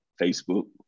Facebook